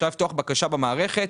אפשר לפתוח בקשה במערכת,